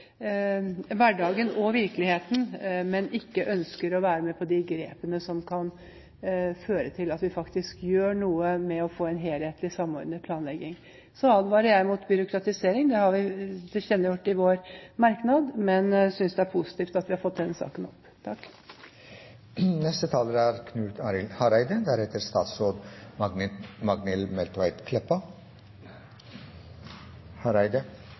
hverdagen og virkeligheten, men ikke ønsker å være med på de grepene som kan føre til at vi faktisk gjør noe med å få en helhetlig, samordnet planlegging. Så advarer jeg mot byråkratisering – det har vi tilkjennegitt i vår merknad – men jeg synes det er positivt at vi har fått denne saken opp.